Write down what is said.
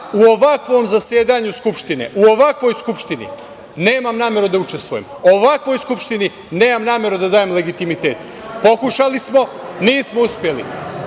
u ovakvom zasedanju Skupštine, u ovakvoj Skupštini nemam nameru da učestvujem, ovakvoj Skupštini nemam nameru da dajem legitimitet. Pokušali smo, nismo uspeli.